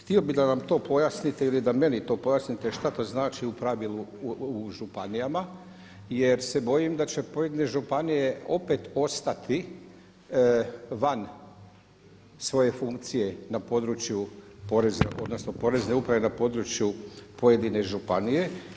Htio bi da nam to pojasnite ili da meni to pojasnite šta to znači u pravilu u županijama jer se bojim da će pojedine županije opet ostati van svoje funkcije na području poreza odnosno porezne uprave na području pojedine županije.